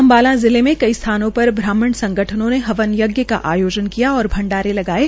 अम्बाला जिले में कई स्थानों पर ब्राह्मण संगठनों ने हवन यज्ञ का आयोजन किया और भंडारे लगाये